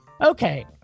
Okay